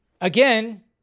Again